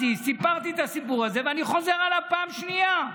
סיפרתי את הסיפור הזה, ואני חוזר עליו פעם שנייה: